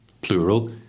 plural